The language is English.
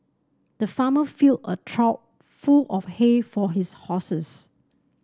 the farmer filled a trough full of hay for his horses